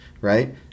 right